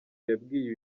yabwiye